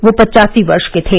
वे पचासी वर्ष के थे